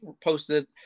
posted